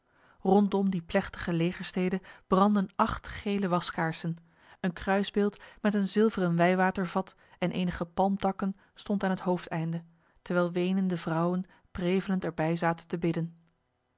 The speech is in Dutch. rondom die plechtige legerstede brandden acht gele waskaarsen een kruisbeeld met een zilveren wijwatervat en enige palmtakken stond aan het hoofdeinde terwijl wenende vrouwen prevelend erbij zaten te bidden